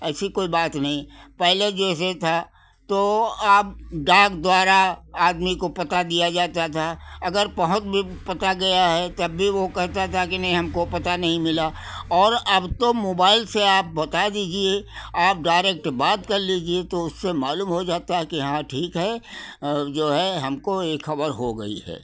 ऐसी कोई बात नहीं पहले जैसे था तो आप डाक द्वारा आदमी को पता दिया जाता था अगर पहुँच भी पता गया है तब भी वो कहता था कि नहीं हमको पता नहीं मिला और अब तो मोबाइल से आप बता दीजिए आप डायरेक्ट बात कर लीजिए तो उससे मालूम हो जाता है कि हाँ ठीक है जो है हमको ये खबर हो गई